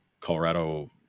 Colorado